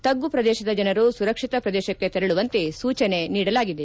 ತಗ್ಗು ಪ್ರದೇಶದ ಜನರು ಸುರಕ್ಷಿತ ಪ್ರದೇಶಕ್ಷಿ ತೆರಳುವಂತೆ ಸೂಚನೆ ನೀಡಲಾಗಿದೆ